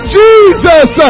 jesus